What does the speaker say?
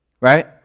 Right